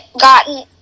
gotten